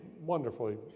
wonderfully